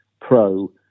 pro-